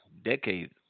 decade